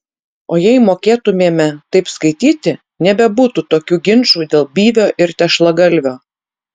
o jei mokėtumėme taip skaityti nebebūtų tokių ginčų dėl byvio ir tešlagalvio